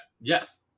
yes